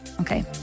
okay